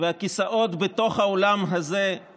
ולכיסאות בתוך האולם הזה, אני